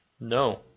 No